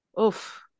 oof